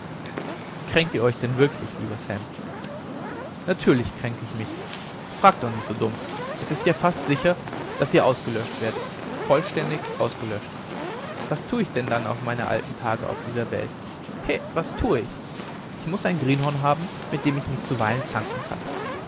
kränkt ihr euch denn wirklich lieber sam natürlich kränke ich mich fragt doch nicht so dumm es ist ja fast sicher daß ihr ausgelöscht werdet vollständig ausgelöscht was tue ich dann auf meine alten tage auf dieser welt heh was tue ich ich muß ein greenhorn haben mit dem ich mich zuweilen zanken kann